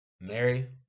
Mary